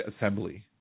assembly